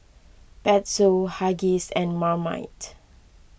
Pezzo Huggies and Marmite